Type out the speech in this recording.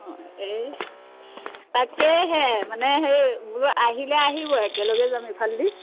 অঁ এই তাকেহে মানে হেৰি বোলো আহিলে আহিব একেলগে যাম সেইফালেদি